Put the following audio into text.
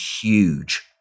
huge